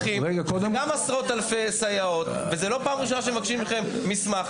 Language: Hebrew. יש כמה עשרות אלפי סייעות וזאת לא פעם ראשונה שמבקשים מכם מסמך.